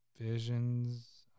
Visions